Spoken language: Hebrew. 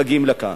מגיעים לכאן.